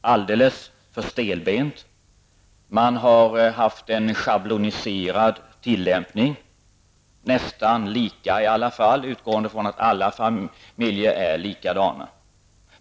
alldeles för stelbent, och man har haft en schabloniserad tillämpning som varit nästan lika i alla fall och som utgått från att alla familjer är likadana.